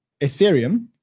Ethereum